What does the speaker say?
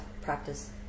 practice